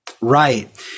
right